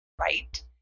right